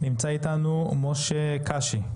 נמצא איתנו משה קאשי,